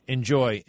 Enjoy